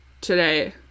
today